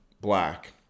black